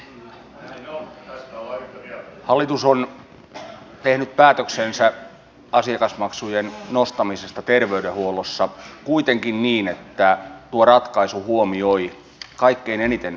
hallitus on tehnyt päätöksensä asiakasmaksujen nostamisesta terveydenhuollossa kuitenkin niin että tuo ratkaisu huomioi kaikkein eniten sairastavat